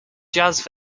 jazz